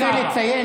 יש מפלגות ערביות,